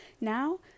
Now